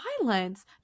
violence